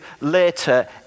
later